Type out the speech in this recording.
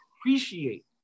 Appreciate